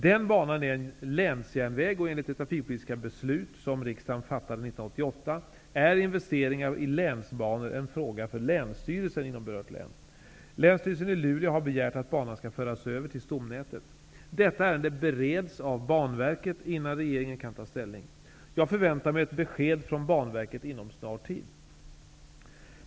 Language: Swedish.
Den banan är en länsjärnväg, och enligt det trafikpolitiska beslut som riksdagen fattade 1988 är investeringar i länsbanor en fråga för länsstyrelsen inom berört län. Länsstyrelsen i Luleå har begärt att banan skall föras över till stomnätet. Detta ärende bereds av Banverket innan regeringen kan ta ställning. Jag förväntar mig ett besked från Banverket inom en snar framtid.